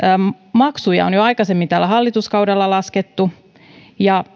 maksuja on jo aikaisemmin tällä hallituskaudella laskettu ja